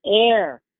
air